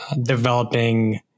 developing